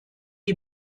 die